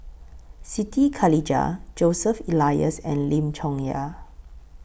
Siti Khalijah Joseph Elias and Lim Chong Yah